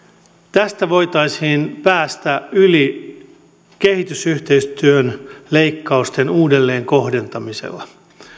tästä voitaisiin päästä yli kehitysyhteistyön leikkausten uudelleenkohdentamisella